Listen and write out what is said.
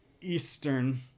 Eastern